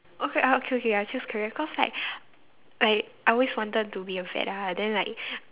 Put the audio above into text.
okay okay okay I choose career cause like like I always wanted to be a vet ah then like